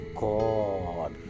god